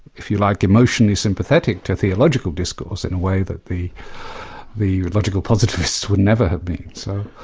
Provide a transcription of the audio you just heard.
if you like, emotionally sympathetic to theological discourse in a way that the the logical positivists would never have been. so.